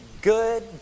Good